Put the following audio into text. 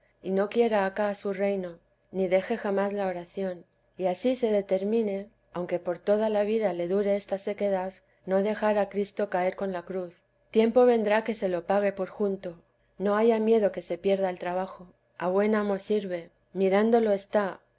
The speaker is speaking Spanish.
y no quiera acá su reino ni deje jamás la oración y ansí se determine aunque por toda la vida le dure esta sequedad no dejar a cristo caer con la cruz tiempo verná que se lo pague por junto no haya miedo que se pierda el trabajo a buen amo sirve mirándolo está